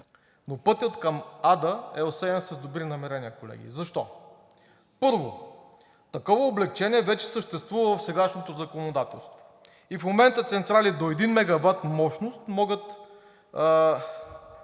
но пътят към ада е осеян с добри намерения, колеги. Защо? Първо, такова облекчение вече съществува в сегашното законодателство. И в момента централи до един мегават мощност – са